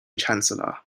chancellor